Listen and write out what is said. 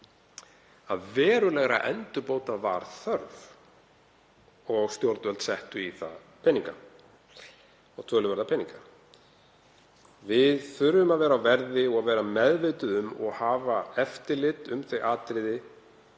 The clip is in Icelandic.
að verulegra endurbóta væri þörf og stjórnvöld settu í það töluverða peninga. Við þurfum að vera á verði og vera meðvituð um og hafa eftirlit með þeim atriðum